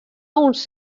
uns